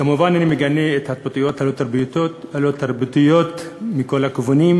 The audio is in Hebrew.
כמובן אני מגנה את ההתבטאויות הלא-תרבותיות מכל הכיוונים,